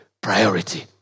priority